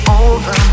over